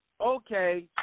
Okay